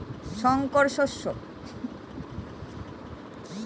উন্নত সরষে বীজের একটি নাম কি?